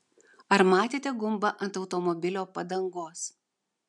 ar matėte gumbą ant automobilio padangos